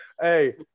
Hey